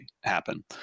happen